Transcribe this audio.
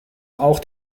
auch